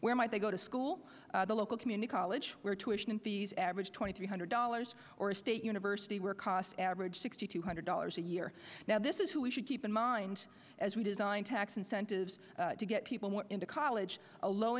they go to school the local community college where tuitions these average twenty three hundred dollars or a state university where cost average sixty two hundred dollars a year now this is who we should keep in mind as we design tax incentives to get people more into college a low